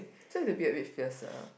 so it's a bit a bit fierce ah